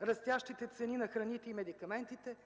растящите цени на храните и медикаментите.